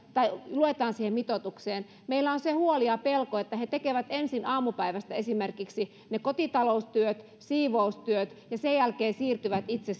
luetaan siihen mitoitukseen meillä on se huoli ja pelko että he tekevät ensin aamupäivästä esimerkiksi kotitaloustyöt siivoustyöt ja sen jälkeen siirtyvät itse